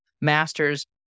masters